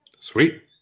Sweet